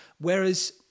Whereas